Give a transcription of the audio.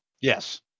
Yes